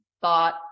thought